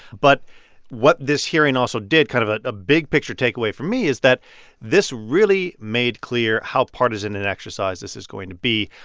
but what this hearing also did kind of a ah big-picture takeaway for me is that this really made clear how partisan an exercise this is going to be.